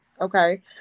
okay